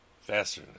faster